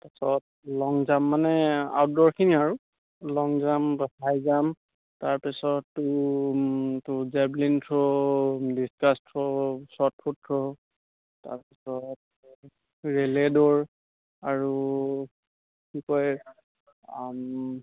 তাৰপাছত long jump মানে আউটড'ৰখিনি আৰু লং জাম্প হাই জাম্প তাৰপিছত তোৰ তোৰ javelin throw discus throw shot put throw তাৰপিছত ৰিলে দৌৰ আৰু কি কয়